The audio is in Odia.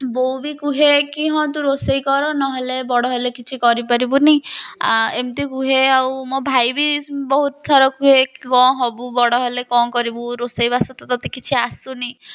ବୋଉ ବି କୁହେ କି ହଁ ତୁ ରୋଷେଇ କର ନହେଲେ ବଡ଼ ହେଲେ କିଛି କରିପାରିବୁନି ଆ ଏମିତି କୁହେ ଆଉ ମୋ ଭାଇ ବି ବହୁତ ଥର କୁହେ କ'ଣ ହେବୁ ବଡ଼ ହେଲେ କ'ଣ କରିବୁ ରୋଷେଇବାସ ତ ତୋତେ କିଛି ଆସୁନି